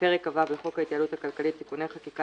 פרק כ"ו לחוק ההתייעלות הכלכלית (תיקוני חקיקה